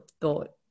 thought